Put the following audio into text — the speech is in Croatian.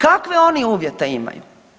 Kakve oni uvjete imaju?